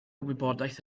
wybodaeth